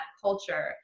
culture